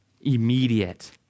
immediate